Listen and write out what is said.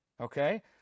okay